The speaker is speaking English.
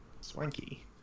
Swanky